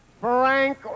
Frank